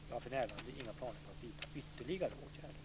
Jag har för närvarande inga planer på att vidta ytterligare åtgärder.